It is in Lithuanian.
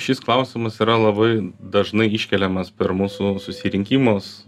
šis klausimas yra labai dažnai iškeliamas per mūsų susirinkimus